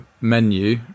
menu